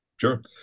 Sure